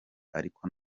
ariko